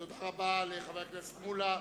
תודה רבה לחבר הכנסת מולה.